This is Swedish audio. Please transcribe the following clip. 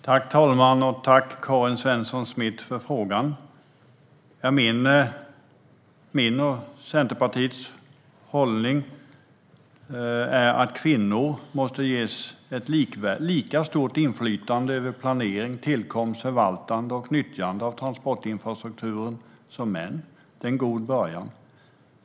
Herr talman! Tack, Karin Svensson Smith, för frågan! Min och Centerpartiets hållning är att kvinnor måste ges lika stort inflytande som män över planering, tillkomst, förvaltande och nyttjande av transportinfrastrukturen. Det är en god början.